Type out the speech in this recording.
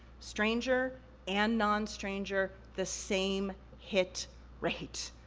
stranger and non-stranger, the same hit rate.